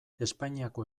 espainiako